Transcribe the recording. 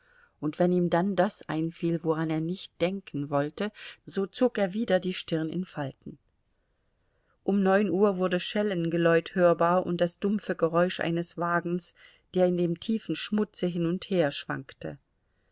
und wenn ihm dann das einfiel woran er nicht denken wollte so zog er wieder die stirn in falten um neun uhr wurde schellengeläut hörbar und das dumpfe geräusch eines wagens der in dem tiefen schmutze hin und her schwankte